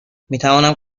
میتوانم